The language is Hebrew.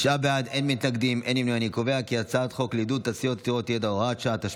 חוק לעידוד תעשייה עתירת ידע (הוראת שעה),